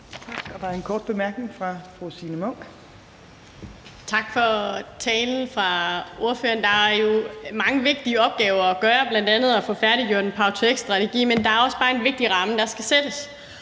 Der er en kort bemærkning fra fru Signe Munk. Kl. 17:47 Signe Munk (SF): Tak til ordføreren for talen. Der er jo mange vigtige opgaver at gøre, bl.a. at få færdiggjort en power-to-x-strategi, men der er også bare en vigtig ramme, der skal sættes.